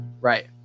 Right